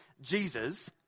Jesus